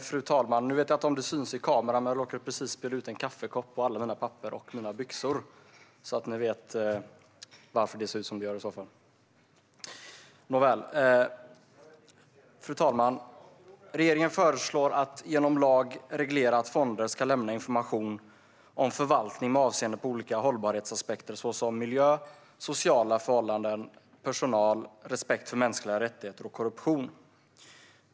Fru talman! Regeringen föreslår att genom lag reglera att fonder ska lämna information om förvaltning med avseende på olika hållbarhetsaspekter såsom miljö, sociala förhållanden, personal, korruption och respekt för mänskliga rättigheter.